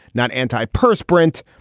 not anti-press, brent.